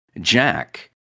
Jack